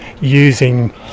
using